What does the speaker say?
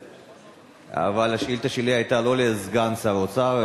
אבל השאילתא שלי היתה לא לסגן שר האוצר,